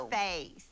face